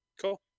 Cool